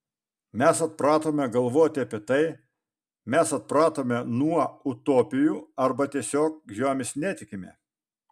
mes atpratome galvoti apie tai mes atpratome nuo utopijų arba tiesiog jomis netikime